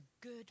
good